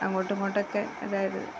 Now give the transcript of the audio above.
അങ്ങോട്ടുമിങ്ങോട്ടുമൊക്കെ അതായത്